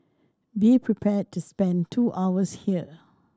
be prepared to spend two hours here